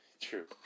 true